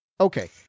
Okay